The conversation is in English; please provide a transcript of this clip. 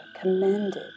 commended